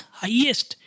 highest